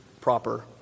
proper